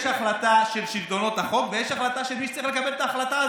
יש החלטה של שלטונות החוק ויש החלטה של מי שצריך לקבל את ההחלטה הזאת.